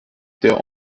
der